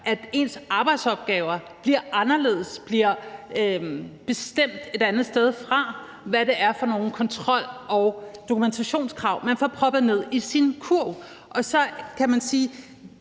at ens arbejdsopgaver bliver anderledes, bliver bestemt et andet sted fra, altså hvad det er for nogle kontrol- og dokumentationskrav, man får proppet ned i sin kurv. Og så kan man sige,